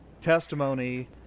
testimony